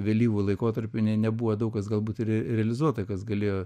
vėlyvu laikotarpiu nė nebuvo daug kas galbūt ir realizuota kas galėjo